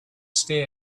stay